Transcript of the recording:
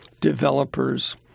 developers